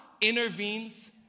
intervenes